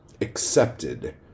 accepted